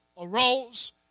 arose